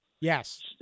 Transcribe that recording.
Yes